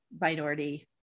minority